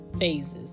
phases